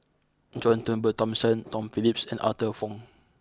John Turnbull Thomson Tom Phillips and Arthur Fong